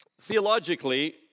theologically